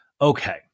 Okay